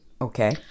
Okay